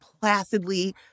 placidly